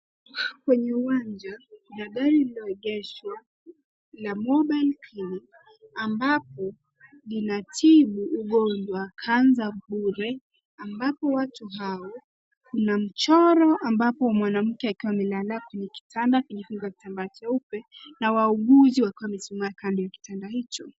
Kwenye uwanja kuna gari lililoegeshwa la mobile clinic ambao inatibu ugonjwa cancer bure ambapo watu hao kuna mchoro ambapo mwanamke akiwa amelala kwenye kitanda kilichofungwa kitambaa cheupe na wauguzi wakiwa wamesimama kando ya kitanda hicho.